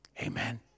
Amen